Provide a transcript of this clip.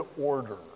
order